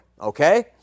okay